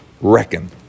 reckon